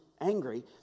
angry